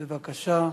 בבקשה.